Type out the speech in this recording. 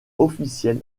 officiel